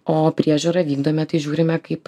o priežiūrą vykdome tai žiūrime kaip